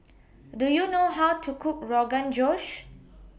Do YOU know How to Cook Rogan Josh